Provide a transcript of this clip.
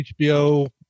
HBO